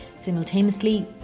simultaneously